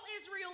Israel